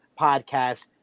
podcast